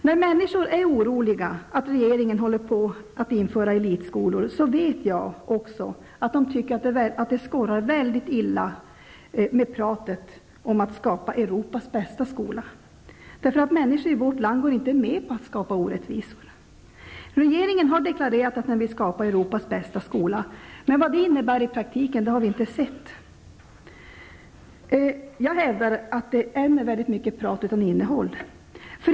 När människor är oroliga för att regeringen håller på att införa elitskolor, vet jag också att de tycker att det skorrar illa med pratet om att skapa Europas bästa skola. Människor i vårt land går inte med på att skapa orättvisor. Regeringen har deklarerat att den vill skapa Europas bästa skola, men vad det innebär i praktiken har vi inte sett. Jag hävdar att det är mycket prat utan innehåll.